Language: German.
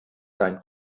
sein